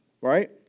right